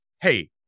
hey